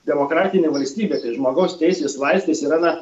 demokratinė valstybė tai žmogaus teisės laisvės yra na